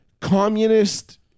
communist